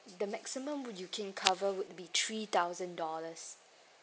the maximum would you can cover would be three thousand dollars